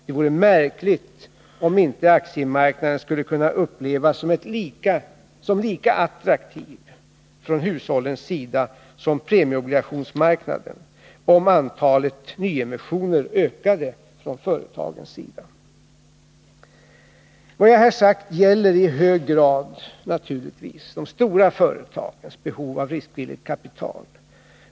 Det vore märkligt om inte aktiemarknaden skulle kunna upplevas som lika attraktiv ifrån hushållens sida som premieobligationsmarknaden, om antalet nyemissioner ökade ifrån företagen. Vad jag här sagt gäller naturligtvis i hög grad de stora företagens behov av riskvilligt kapital.